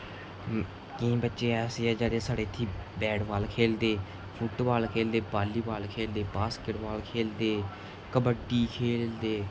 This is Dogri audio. कोई बच्चे ऐसे ऐ छडे़ कि बैटबाल खेढदे फुटबाल कबड्डी खेढदे ओह् बच्चे इक दम इ'यां